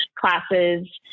classes